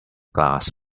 glass